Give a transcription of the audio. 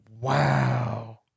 Wow